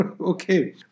okay